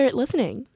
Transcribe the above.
listening